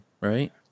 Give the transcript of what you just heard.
right